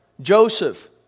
Joseph